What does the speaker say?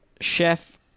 chef